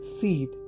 seed